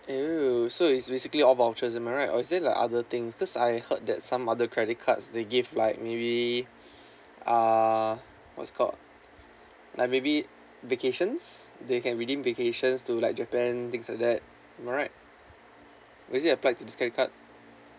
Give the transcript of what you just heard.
!eww! so it's basically all vouchers am I right or is there like other things cause I heard that some other credit cards they give like maybe uh what's called like maybe vacations they can redeem vacations to like japan things like that am I right was it applied to this credit card